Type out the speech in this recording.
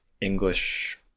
English